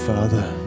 Father